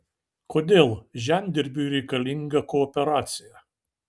kodėl žemdirbiui reikalinga kooperacija